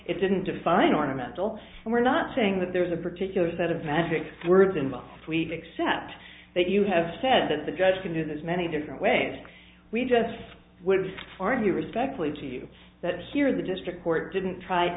it didn't define ornamental and we're not saying that there's a particular set of magic words in my suite except that you have said that the judge can do this many different ways we just would argue respectfully to you that here in the district court didn't try